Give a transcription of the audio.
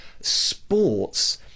Sports